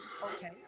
Okay